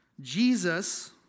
Jesus